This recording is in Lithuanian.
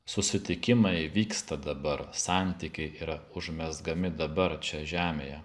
susitikimai vyksta dabar santykiai yra užmezgami dabar čia žemėje